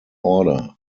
order